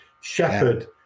shepherd